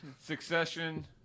Succession